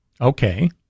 Okay